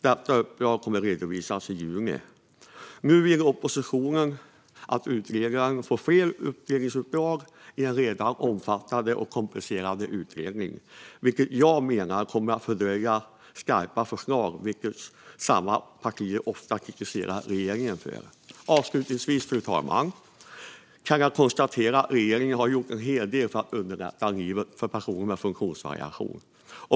Detta uppdrag kommer att redovisas i juni. Nu vill oppositionen att utredaren får fler utredningsuppdrag i en redan omfattande och komplicerad utredning, vilket jag menar kommer att fördröja skarpa förslag - något som samma partier ofta kritiserar regeringen för. Avslutningsvis, fru talman, kan jag konstatera att regeringen har gjort en hel del för att underlätta livet för personer med funktionsvariation.